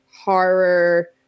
horror